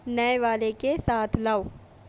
نئے والے کے ساتھ لاؤ